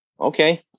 okay